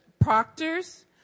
proctors